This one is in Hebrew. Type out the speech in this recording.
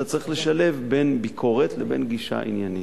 אתה צריך לשלב בין ביקורת לבין גישה עניינית.